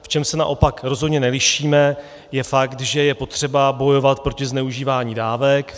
V čem se naopak rozhodně nelišíme, je fakt, že je potřeba bojovat proti zneužívání dávek.